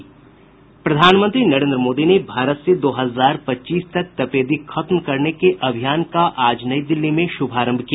प्रधानमंत्री नरेंद्र मोदी ने भारत से दो हजार पच्चीस तक तपेदिक खत्म करने के अभियान का आज नई दिल्ली में शुभारम्भ किया